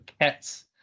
cats